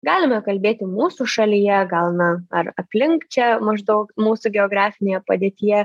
galime kalbėti mūsų šalyje gal na ar aplink čia maždaug mūsų geografinėje padėtyje